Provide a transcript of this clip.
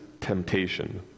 temptation